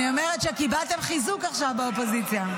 אני אומרת שקיבלתם חיזוק עכשיו באופוזיציה.